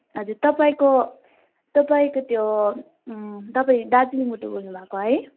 हजुर तपाईँको तपाईँको त्यो तपाईँ दार्जिलिङबाट बोल्नु भएको है